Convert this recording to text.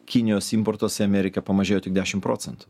kinijos importas į ameriką pamažėjo tik dešim procentų